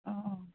অঁ অঁ